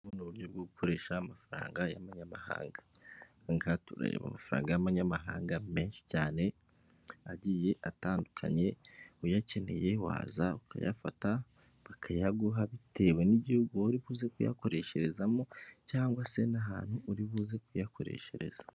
Uburyo bwo gukoresha amafaranga y'abanyamahanga, ahangaha turareba amafaranga y'abanyamahanga menshi cyane agiye atandukanye uyakeneye waza ukayafata bakayaguha bitewe n'igihugu wowe uribuze kuyakoresherezamo cyangwa se n'ahantu uribuze kuyakoreshereza.